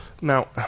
Now